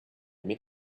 met